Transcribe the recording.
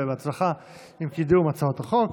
ובהצלחה עם קידום הצעות החוק.